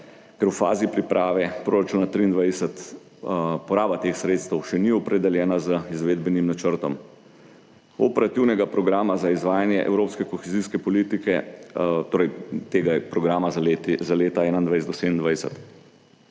ker v fazi priprave proračuna 2023 poraba teh sredstev še ni opredeljena z izvedbenim načrtom. Operativnega programa za izvajanje evropske kohezijske politike, torej tega programa za leta 2021 do 2027.